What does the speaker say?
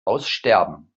aussterben